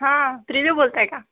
हा त्रीविव बोलत आहे का